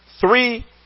Three